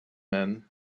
men